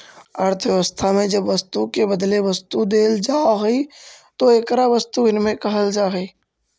अर्थव्यवस्था में जब वस्तु के बदले वस्तु देल जाऽ हई तो एकरा वस्तु विनिमय कहल जा हई